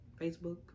Facebook